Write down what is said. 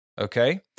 okay